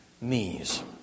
knees